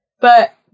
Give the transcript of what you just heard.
But-